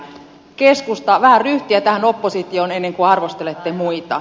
keskusta vähän ryhtiä tähän oppositioon ennen kuin arvostelette muita